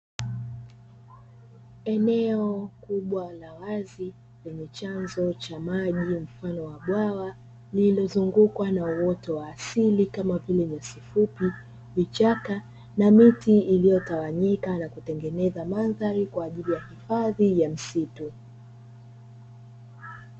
Eneo kubwa la wazi lenye chanzo cha maji mfano wa bwawa lililozungukwa na uoto wa asili kama vile: nyasi fupi, vichaka, na miti iliyotawanyika na kutengeneza mandhari kwa ajili ya hifadhi ya msitu.